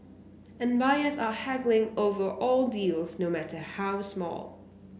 and buyers are haggling over all deals no matter how small